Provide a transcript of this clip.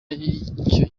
y’icyo